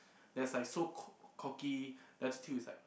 there's like so co~ cocky the attitude is like